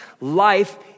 life